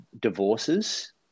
Divorces